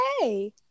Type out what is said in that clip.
hey